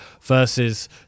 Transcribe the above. versus